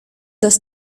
das